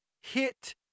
hit